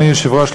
אדוני היושב-ראש,